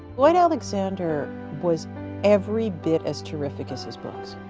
lloyd alexander was every bit as terrific as his books